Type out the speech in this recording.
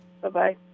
Bye-bye